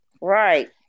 Right